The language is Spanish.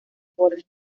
bordes